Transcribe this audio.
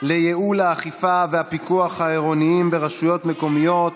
לייעול האכיפה והפיקוח העירוניים ברשויות מקומיות.